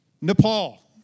Nepal